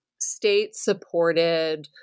state-supported